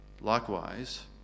likewise